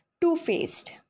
two-faced